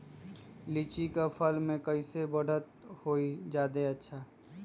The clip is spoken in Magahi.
लिचि क फल म कईसे बढ़त होई जादे अच्छा?